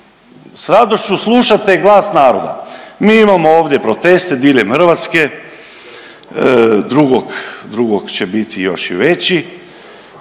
s radošću slušate glas naroda. Mi imamo ovdje protest diljem Hrvatske 2.2. će biti još i veći.